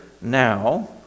now